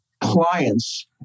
clients